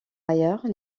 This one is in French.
ailleurs